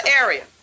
area